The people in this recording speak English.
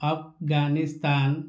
Afghanistan